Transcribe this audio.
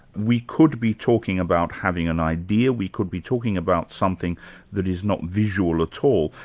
we could be talking about having an idea, we could be talking about something that is not visual at all,